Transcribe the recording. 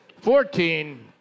Fourteen